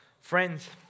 Friends